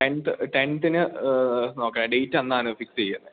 tenth ടെൻത്തിന് നോക്കാം ഡേറ്റന്നാണ് ഫിക്സ് ചെയ്യുന്നത്